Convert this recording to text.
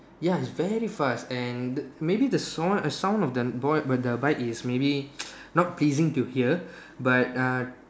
ya it's very fast and the maybe the sound sound of the board but the bike is maybe not pleasing to hear but uh